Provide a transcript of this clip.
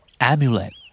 Amulet